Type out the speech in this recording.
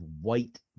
white